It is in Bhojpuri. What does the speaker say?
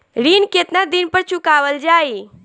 ऋण केतना दिन पर चुकवाल जाइ?